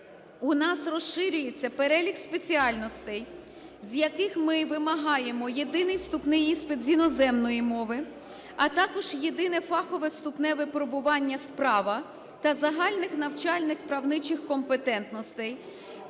у нас розширюється перелік спеціальностей, з яких ми вимагаємо єдиний вступний іспит з іноземної мови, а також єдине фахове вступне випробування з права та загальних навчальних правничих компетентностей